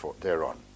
thereon